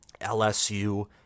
LSU